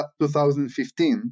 2015